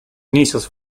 inicios